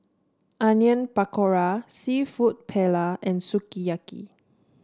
Onion Pakora seafood Paella and Sukiyaki